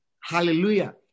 Hallelujah